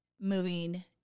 moving